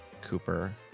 Cooper